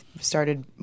started